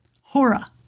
Hora